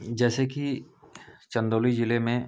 जैसे कि चन्दौली ज़िले में